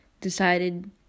decided